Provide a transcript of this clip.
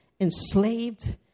enslaved